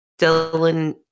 Dylan